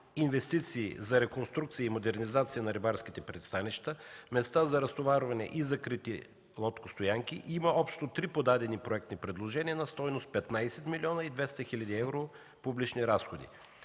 „Инвестиции за реконструкция и модернизация на рибарските пристанища, места за разтоварване и закрити лодкостоянки”, има общо три подадени проектопредложения на стойност 15 млн. 200 хил. евро публични разходи.